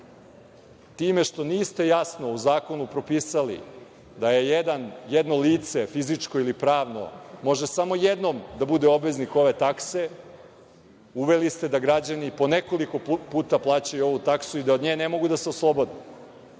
time što niste jasno u zakonu propisali da jedno lice, fizičko ili pravno, može samo jednom da bude obveznik ove takse, uveli ste da građani po nekoliko puta plaćaju ovu taksu i da on nje ne mogu da se oslobode. Procedura